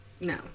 No